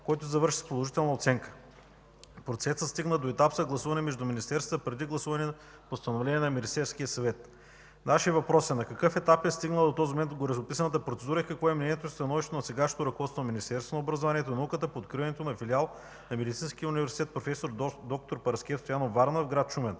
който завърши с положителна оценка. Процесът стигна до етап съгласуване между министерствата, преди гласуване на постановление на Министерския съвет. Нашият въпрос е: на какъв етап е стигнала до този момент гореописаната процедура и какво е мнението, становището на сегашното ръководство на Министерството на образованието и науката по откриването на филиал на Медицинския университет „Проф. д-р Параскев Стоянов” – Варна, в град Шумен?